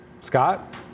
Scott